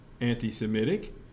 anti-Semitic